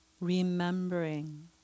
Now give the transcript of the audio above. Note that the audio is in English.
remembering